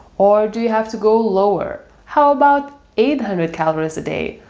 or do you have to go lower? how about eight hundred calories a day?